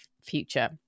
future